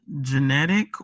genetic